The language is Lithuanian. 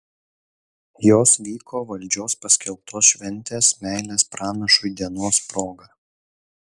jos vyko valdžios paskelbtos šventės meilės pranašui dienos proga